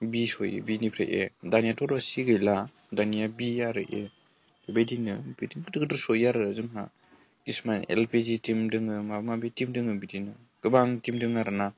बि सहैयो बिनिफ्राय ए दानियाथ' सि गैला दानिया बि आरो ए बेबायदिनो गिदिर गिदिर सहैयो आरो जोंहा किसुमान एल पि जि टीम दङ माबा माबि टीम दङ बिदिनो गोबां टीम दङ आरो ना